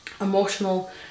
emotional